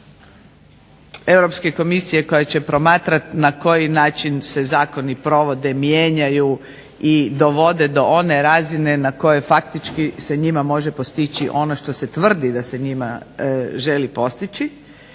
Europske komisije koja će promatrati na koji način se zakoni provode, mijenjaju i dovode do one razine na kojoj faktički se njima može postići ono što se tvrdi da se njima želi postići